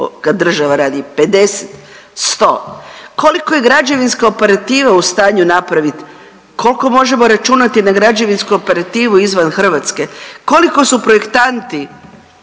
kad država radi, 50, 100? Koliko je građevinska operativa u stanju napraviti? Koliko možemo računati na građevinsku operativu izvan Hrvatske? Koliko su projekta